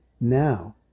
now